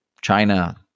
China